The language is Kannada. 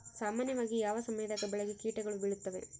ಸಾಮಾನ್ಯವಾಗಿ ಯಾವ ಸಮಯದಾಗ ಬೆಳೆಗೆ ಕೇಟಗಳು ಬೇಳುತ್ತವೆ?